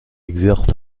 exerce